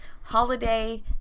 Holiday